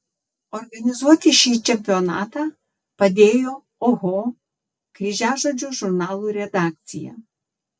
organizuoti šį čempionatą padėjo oho kryžiažodžių žurnalų redakcija